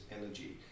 energy